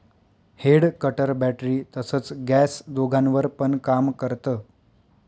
head cutter battery तसच gas दोघांवर पण काम करत